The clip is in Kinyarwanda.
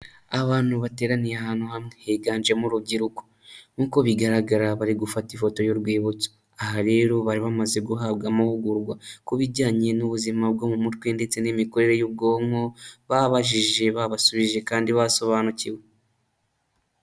Abantu bateraniye ahantu hamwe, higanjemo urubyiruko nk'uko bigaragara bari gufata ifoto y'urwibutso, aha rero bari bamaze guhabwa amahugurwa ku bijyanye n'ubuzima bwo mu mutwe ndetse n'imikorere y'ubwonko, babajije babasubije kandi basobanukiwe.